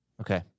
Okay